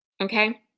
Okay